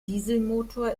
dieselmotor